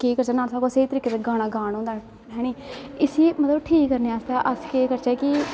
केह् करी सकने ना साढ़े कोलादा स्हेई तरीके दा गाना गान होंदा हैनी इसी कुदै ठीक करने आस्तै अस केह् करचै कि